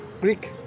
Greek